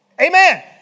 Amen